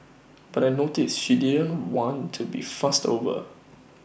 but I noticed she didn't want to be fussed over